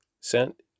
sent